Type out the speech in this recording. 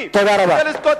תרשה לי, תרשה לי.